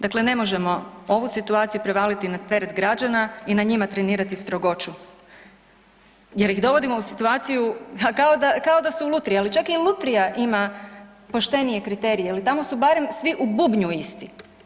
Dakle, ne možemo ovu situaciju prevaliti na teret građana i na njima trenirati strogoću jer ih dovodimo u situaciju ha kao da su lutrija, ali čak i lutrija ima poštenije kriterije jel tamo su barem svi u bubnju isti.